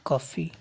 ਕਾਫ਼ੀ